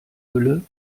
gülle